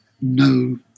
no